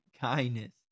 kindness